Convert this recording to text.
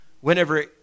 Whenever